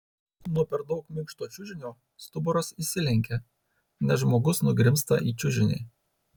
nuo per daug minkšto čiužinio stuburas išsilenkia nes žmogus nugrimzta į čiužinį